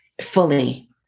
fully